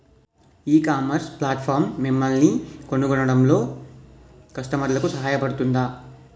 ఈ ecommerce platform మిమ్మల్ని కనుగొనడంలో కస్టమర్లకు సహాయపడుతుందా?